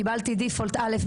קיבלתי default א',